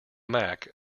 mac